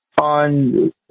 On